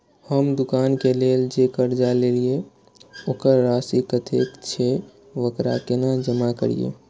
हम दुकान के लेल जे कर्जा लेलिए वकर राशि कतेक छे वकरा केना जमा करिए?